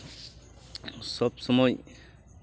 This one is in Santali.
ᱥᱚᱵ ᱥᱚᱢᱚᱭ